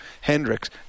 Hendricks